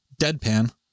deadpan